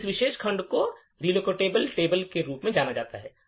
तो इस विशेष खंड को रिलोसेबल टेबल के रूप में जाना जाता है